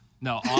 No